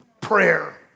prayer